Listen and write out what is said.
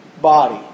body